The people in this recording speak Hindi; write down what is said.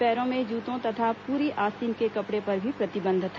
पैरों में जूतों तथा पूरी आस्तीन के कपड़े पर भी प्रतिबंध था